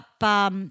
up